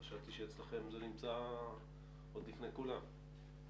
חשבתי שאצלכם זה נמצא עוד לפני כולם.